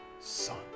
son